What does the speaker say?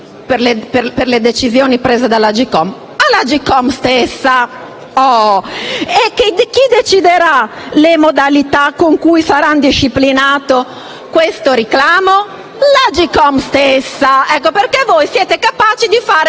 le decisioni prese dall'Agcom? Alla Agcom stessa! E chi deciderà le modalità con cui sarà disciplinato questo reclamo? L'Agcom stessa! Perché voi siete capaci di fare